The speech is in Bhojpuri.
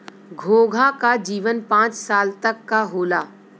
घोंघा क जीवन पांच साल तक क होला